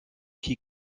qui